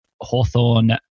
Hawthorne